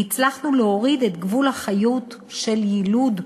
והצלחנו להוריד את גבול החיות של יילוד,